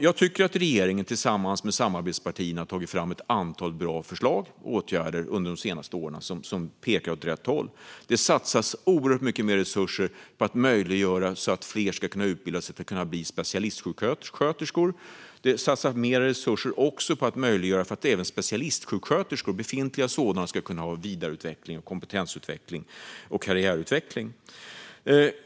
Jag tycker att regeringen tillsammans med samarbetspartierna under de senaste åren har tagit fram ett antal bra förslag till åtgärder som pekar åt rätt håll. Det satsas oerhört mycket mer resurser på att möjliggöra för fler att utbilda sig till specialistsjuksköterskor. Det satsas också mer resurser på att möjliggöra för befintliga specialistsjuksköterskor att få vidareutveckling, kompetensutveckling och karriärutveckling.